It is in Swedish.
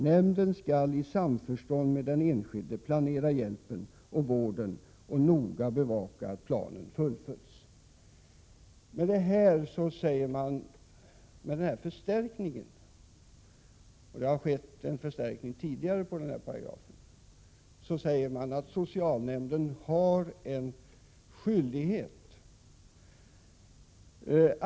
Nämnden skall i samförstånd med den enskilde planera hjälpen och vården och noga bevaka att planen fullföljs. Med denna förstärkning — och det har redan tidigare skett en förstärkning — säger man att socialnämnden har en skyldighet.